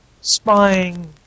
spying